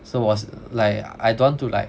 so 我是 like I don't want to like